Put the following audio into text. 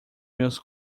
meus